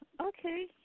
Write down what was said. okay